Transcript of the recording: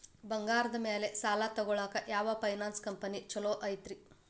ಬಂಗಾರದ ಮ್ಯಾಲೆ ಸಾಲ ತಗೊಳಾಕ ಯಾವ್ ಫೈನಾನ್ಸ್ ಕಂಪನಿ ಛೊಲೊ ಐತ್ರಿ?